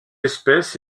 espèce